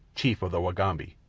chief of the wagambi.